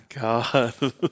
God